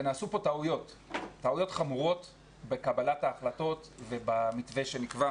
ונעשו פה טעויות חמורות בקבלת ההחלטות ובמתווה שנקבע.